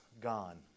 gone